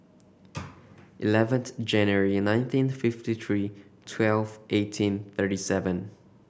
eleventh January nineteen fifty three twelve eighteen thirty seven